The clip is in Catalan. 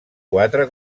quatre